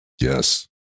Yes